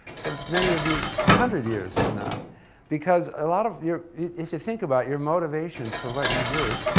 for many of you, a hundred years from now because a lot of your, if you think about your motivations for what you do,